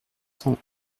cent